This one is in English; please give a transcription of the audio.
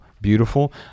beautiful